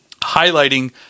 highlighting